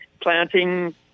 planting